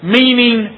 meaning